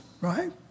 right